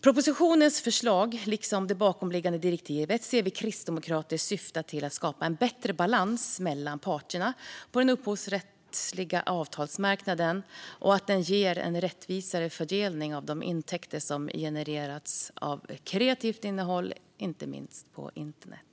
Propositionens förslag, liksom det bakomliggande direktivet ser vi Kristdemokrater, syftar till att skapa en bättre balans mellan parterna på den upphovsrättsliga avtalsmarknaden. Det ger en rättvisare fördelning av de intäkter som genereras av kreativt innehåll, inte minst på internet.